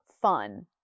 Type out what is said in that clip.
fun